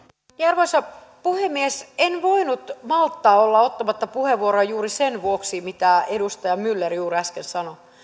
arvoisa puhemies en voinut malttaa olla ottamatta puheenvuoroa juuri sen vuoksi mitä edustaja myller juuri äsken sanoi